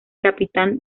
capitán